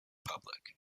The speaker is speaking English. public